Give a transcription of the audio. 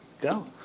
go